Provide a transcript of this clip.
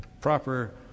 proper